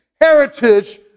heritage